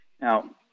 Now